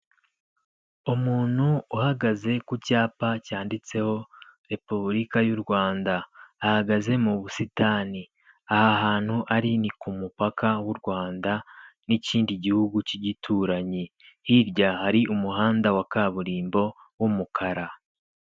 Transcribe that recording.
Umuntu uhagaze ku cyapa cyanditseho Repubulika y'u Rwanda. Ahagaze mu busitani. Aha hantu ari ni ku mupaka w'u Rwanda n'ikindi gihugu cy'igituranyi. Hirya hari umuhanda wa kaburimbo w'umukara.